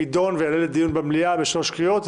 יידון ויעלה לדיון במליאה בשלוש קריאות.